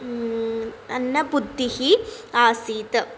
अन्नं बुद्धिः आसीत्